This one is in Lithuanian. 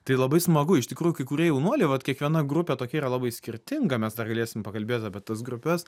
tai labai smagu iš tikrųjų kai kurie jaunuoliai vat kiekviena grupė tokia yra labai skirtinga mes dar galėsim pakalbėt apie tas grupes